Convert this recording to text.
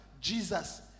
Jesus